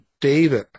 David